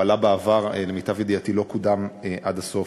הוא עלה בעבר, למיטב ידיעתי לא קודם עד הסוף.